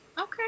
Okay